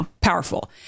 powerful